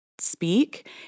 speak